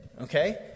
Okay